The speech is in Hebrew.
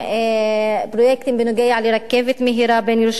פרויקטים בנוגע לרכבת מהירה בין ירושלים,